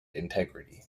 integrity